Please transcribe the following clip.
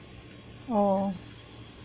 oh